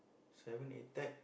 seven A tech